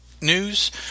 News